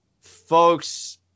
folks